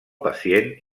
pacient